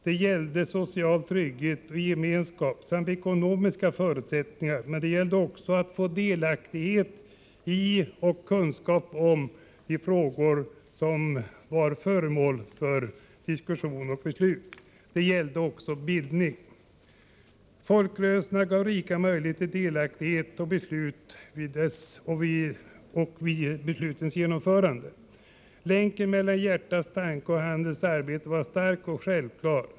Det gällde social trygghet och gemenskap samt ekonomiska förutsättningar. Men det gällde också att få delaktighet i och kunskap om de frågor som var föremål för diskussion och beslut. Det gällde också bildning. Folkrörelserna gav rika möjligheter till delaktighet i beslut och i deras genomförande. Länken mellan hjärtats tanke och handens arbete var stark och självklar.